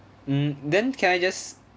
mm then can I just